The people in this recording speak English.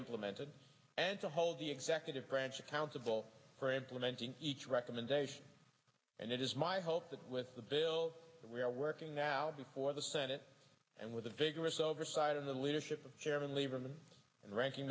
implemented and to hold the executive branch accountable for implementing each recommendation and it is my hope that with the bill that we are working now before the senate and with a vigorous oversight of the leadership of chairman lieberman and ranking